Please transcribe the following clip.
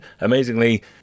amazingly